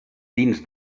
dins